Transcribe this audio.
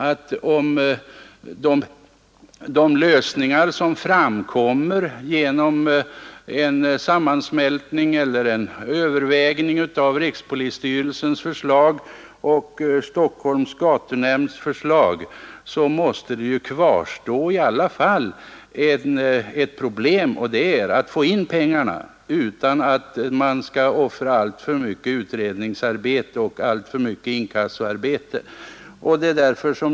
Vid den lösning som kan framkomma genom en sammansmältning av rikspolisstyrelsens förslag och Stockholms gatunämnds förslag måste i alla fall problemet att få in pengarna utan alltför mycket utredningsoch inkassoarbete kvarstå.